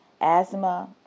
asthma